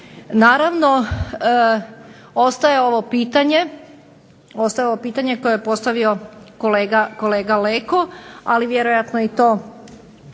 Naravno ostaje ovo pitanje koje je postavio kolega Leko, ali vjerojatno je i to